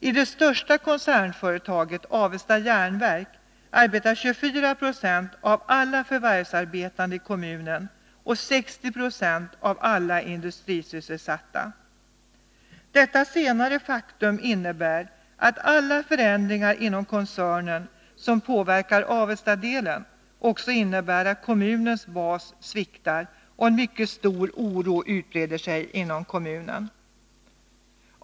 I det största koncernföretaget, Avesta Jernverks AB, arbetar 24 20 av alla förvärvsarbetande i kommunen och 60 26 av alla industrisysselsatta. Detta senare faktum innebär att alla förändringar inom koncernen som påverkar Avestadelen också innebär att kommunens bas sviktar och att en mycket stor oro utbreder sig inom kommunen.